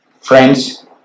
friends